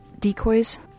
decoys